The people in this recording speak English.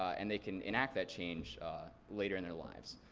and they can enact that change later in their lives.